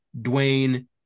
Dwayne